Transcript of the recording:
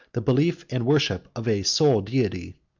the belief and worship of a sole deity.